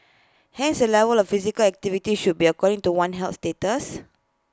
hence the level of physical activity should be according to one's health status